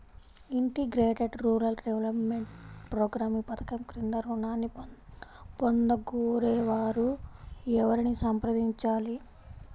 Integrated rural development program ఈ పధకం క్రింద ఋణాన్ని పొందగోరే వారు ఎవరిని సంప్రదించాలి?